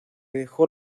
dejó